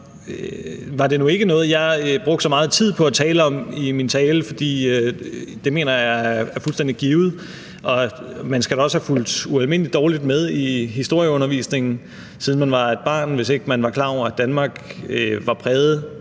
var nu ikke noget, jeg brugte så meget tid på at tale om i min ordførertale, for det mener jeg er fuldstændig givet. Og man skal da også have fulgt ualmindelig dårligt med i historieundervisningen, da man var barn, hvis ikke man er klar over, at Danmark er præget